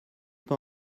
pas